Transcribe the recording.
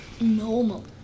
Normal